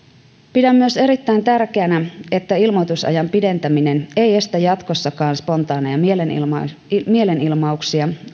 pidän myös erittäin tärkeänä että ilmoitusajan pidentäminen ei estä jatkossakaan spontaaneja mielenilmauksia mielenilmauksia